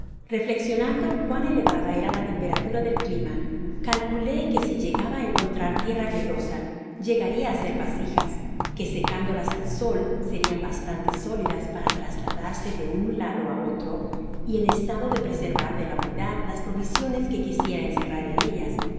reflexionando cuán elevada era la temperatura del clima calculé que si llegaba á encontrar tierra gredosa llega ia á hacer vasijas que secándolas al sol serian bastante sólidas para trasladarse de un lado á otro y en estado de preservar de la humedad las provisiones que quisiera encerrar en ellas